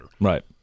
Right